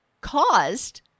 caused